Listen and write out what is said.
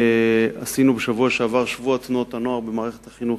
קיימנו בשבוע שעבר את שבוע תנועות הנוער במערכת החינוך.